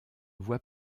voie